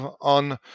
on